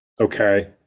Okay